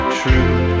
true